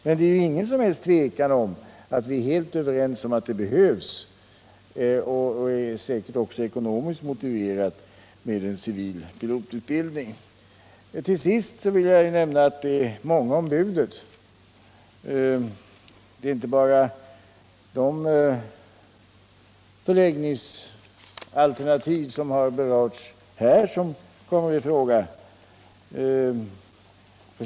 Men vi är helt överens om att det behövs en civil pilotutbildning, och detta är säkert också ekonomiskt motiverat. Till sist vill jag säga att det är många om budet. Det är inte bara de förläggningsalternativ som berörts här som kommer i fråga.